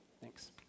Thanks